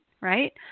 right